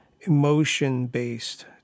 emotion-based